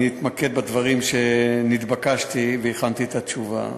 אני אתמקד בדברים שנתבקשתי והכנתי את התשובה.